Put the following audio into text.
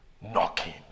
knocking